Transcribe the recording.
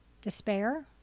despair